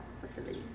facilities